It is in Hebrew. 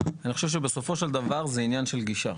אני חושב שבסופו של דבר זה עניין של גישה.